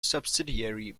subsidiary